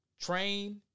Train